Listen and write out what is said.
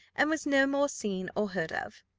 and was no more seen or heard of.